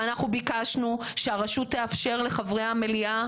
אנחנו ביקשנו שהרשות תאפשר לחברי המליאה